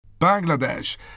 Bangladesh